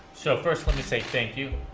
so, first, let me say thank you.